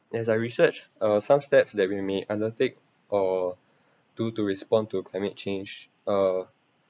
there are researches uh some steps that we may undertake or due to respond to climate change uh